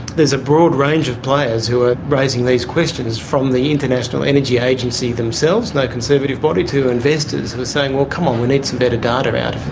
there's a broad range of players who are raising these questions from the international energy agency themselves no conservative body to investors who are saying, well come on, we need some better data out of,